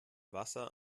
wasser